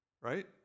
Right